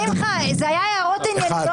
הצבעה לא אושרו.